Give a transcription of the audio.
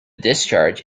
discharge